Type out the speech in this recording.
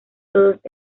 todos